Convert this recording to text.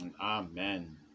Amen